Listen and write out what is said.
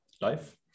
life